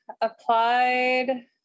applied